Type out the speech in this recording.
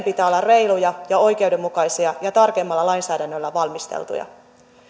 pitää olla reiluja ja oikeudenmukaisia ja tarkemmalla lainsäädännöllä valmisteltuja